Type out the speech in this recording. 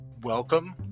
Welcome